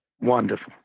wonderful